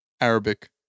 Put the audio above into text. Arabic